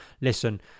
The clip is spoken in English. listen